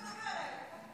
אני תכף מדברת.